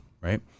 Right